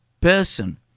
person